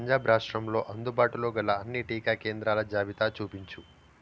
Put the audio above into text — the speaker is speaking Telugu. పంజాబ్ రాష్ట్రంలో అందుబాటులో గల అన్ని టీకా కేంద్రాల జాబితా చూపించు